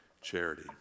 charity